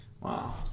Wow